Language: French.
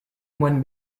moine